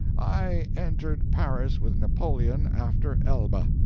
i entered paris with napoleon after elba.